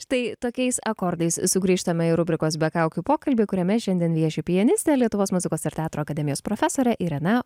štai tokiais akordais sugrįžtame į rubrikos be kaukių pokalbį kuriame šiandien vieši pianistė lietuvos muzikos ir teatro akademijos profesorė irena